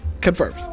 Confirmed